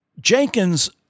jenkins